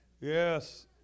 Yes